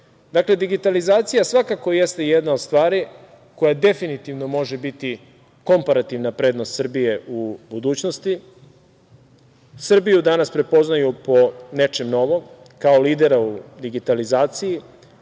akata. Dakle, digitalizacija svakako jeste jedna od stvari koja definitivno može biti komparativna prednost Srbije u budućnosti. Srbiju danas prepoznaju po nečem novom, kao lidera u digitalizaciji,